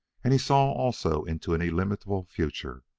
and he saw also into an illimitable future,